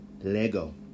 Lego